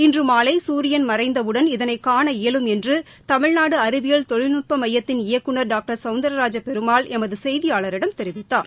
இன்று மாலை குரியன் மறைந்தவுடன் இதளைக் காண இயலும் என்று தமிழ்நாடு அறிவியல் தொழில்நுட்ப எமயத்தின் இயக்குநர் டாக்டர் சவுந்தரராஜ பெருமாள் எமது செய்தியாளரிடம் தெரிவித்தார்